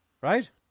right